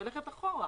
היא הולכת אחורה.